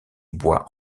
bois